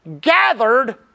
gathered